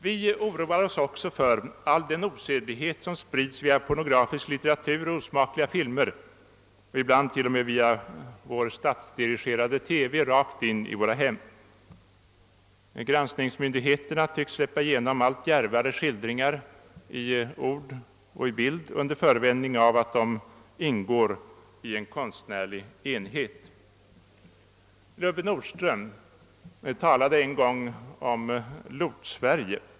Vi oroar oss också för all den osedlighet som sprides via pornografisk litteratur och osmakliga filmer, ibland t.o.m., via vår statsdirigerade TV rakt in i våra hem. Granskningsmyndigheterna tycks släppa igenom allt djärvare skildringar i ord och bild under förevändning att de ingår i en konstnärlig enhet. Lubbe Nordström skrev på sin tid om Lortsverige.